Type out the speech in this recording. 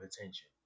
attention